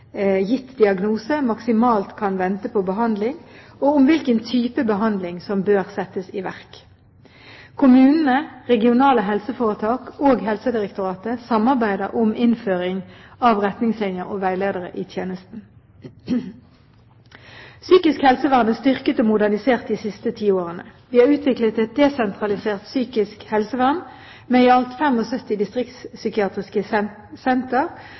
gitt diagnose maksimalt kan vente på behandling, og om hvilken type behandling som bør settes i verk. Kommunene, regionale helseforetak og Helsedirektoratet samarbeider om innføring av retningslinjer og veiledere i tjenesten. Psykisk helsevern er styrket og modernisert de siste ti årene. Vi har utviklet et desentralisert psykisk helsevern med i alt 75 distriktspsykiatriske